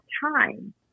time